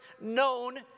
known